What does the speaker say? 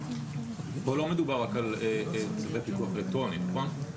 פה לא מדובר רק על צווי פיקוח אלקטרוני, נכון?